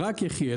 רק יחיאל.